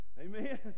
amen